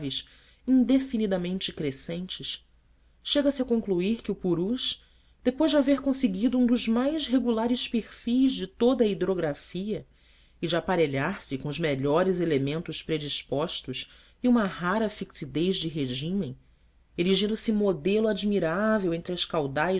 indefinidamente crescentes chega-se a concluir que o purus depois de haver conseguido um dos mais regulares perfis de toda a hidrografia e de aparelhar se com os melhores elementos predispostos a uma rara fixidez de regime erigindo se modelo admirável entre as caudais